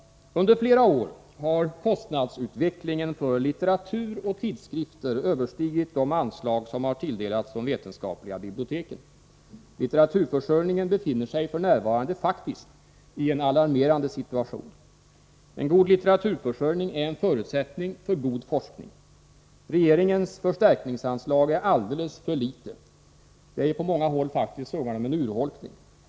Under flera år har kostnadsutvecklingen för litteratur och tidskrifter Överstigit de anslag som har tilldelats de vetenskapliga biblioteken. Litteraturförsörjningen befinner sig f. n. faktiskt i en alarmerande situation. En god litteraturförsörjning är en förutsättning för god forskning. Regeringens förstärkningsanslag är alldeles för litet. Det är på många håll faktiskt fråga om en urholkning.